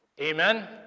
Amen